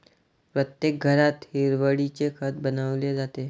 प्रत्येक घरात हिरवळीचे खत बनवले जाते